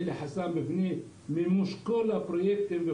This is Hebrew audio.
יש חסמים למימוש הפרויקטים.